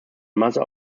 mother